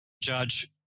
judge